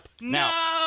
No